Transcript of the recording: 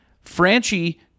Franchi